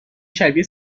شبیه